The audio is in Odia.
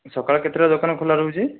ସକାଳୁ କେତୋଟା ଦୋକାନ ଖୋଲା ରହୁଛି